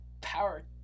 power